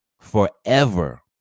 Forever